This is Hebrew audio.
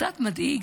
קצת מדאיג